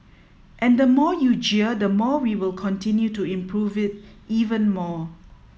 and the more you jeer the more we will continue to improve it even more